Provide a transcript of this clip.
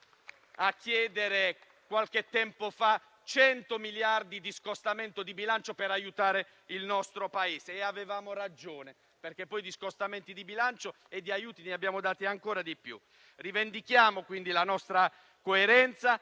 a chiedere, qualche tempo fa, 100 miliardi di scostamento di bilancio per aiutare il nostro Paese: e avevamo ragione, perché poi di scostamenti di bilancio e di aiuti ne abbiamo dati ancora di più. Rivendichiamo, quindi, la nostra coerenza